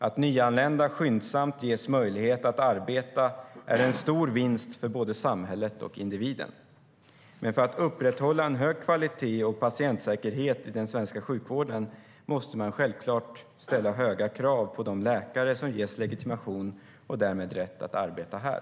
Att nyanlända skyndsamt ges möjlighet att arbeta är en stor vinst för både samhället och individen. Men för att upprätthålla en hög kvalitet och patientsäkerhet i den svenska sjukvården måste man självklart ställa höga krav på de läkare som ges legitimation och därmed rätt att arbeta här.